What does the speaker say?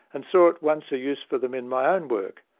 and saw at once a use for them in my own work.